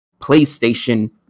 PlayStation